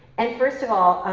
and first of all,